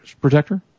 Protector